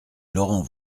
laurent